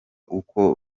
uko